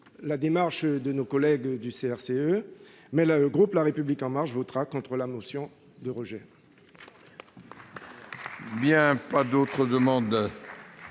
la démarche de nos collègues du CRCE, mais le groupe La République En Marche votera contre la motion tendant